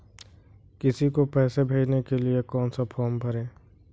किसी को पैसे भेजने के लिए कौन सा फॉर्म भरें?